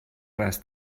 res